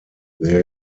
there